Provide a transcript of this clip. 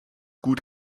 gut